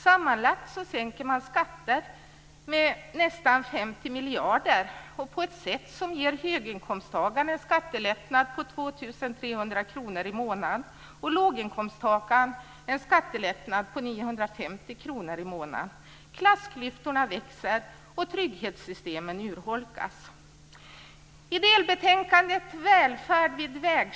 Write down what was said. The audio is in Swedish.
Sammanlagt sänker man skatter med nästan 50 miljarder på ett sätt som ger höginkomsttagaren en skattelättnad på 2 300 kr i månaden och låginkomsttagaren en skattelättnad på 950 kr i månaden. Klassklyftorna växer och trygghetssystemen urholkas.